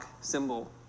symbol